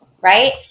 right